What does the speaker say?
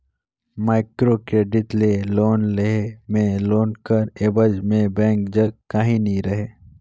micro credit ले loan लेय में लोन कर एबज में बेंक जग काहीं नी रहें